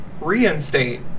reinstate